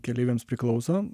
keleiviams priklauso